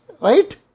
right